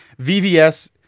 VVS